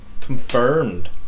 confirmed